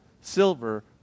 silver